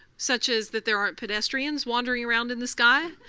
such as that there aren't pedestrians wandering around in the sky.